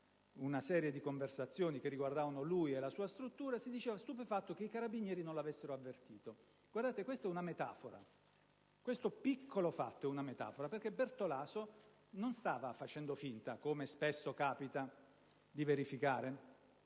una serie di conversazioni che riguardavano lui e la sua struttura, i carabinieri non l'avessero avvertito. Guardate, questa è una metafora. Questo piccolo fatto è una metafora, perché Bertolaso non stava facendo finta, come spesso capita di verificare.